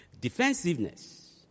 Defensiveness